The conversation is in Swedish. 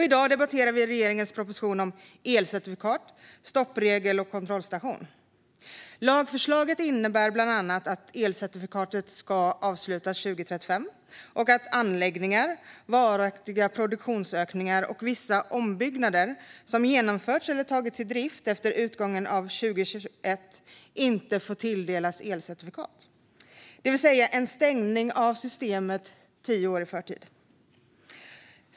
I dag debatterar vi regeringens proposition Elcertifikat - stoppregel och kontrollstation 2019 . Lagförslaget innebär bland annat att elcertifikatssystemet ska avslutas 2035 och att anläggningar, varaktiga produktionsökningar och vissa ombyggnader som genomförts eller tagits i drift efter utgången av 2021 inte får tilldelas elcertifikat, det vill säga en stängning av systemet tio år i förtid.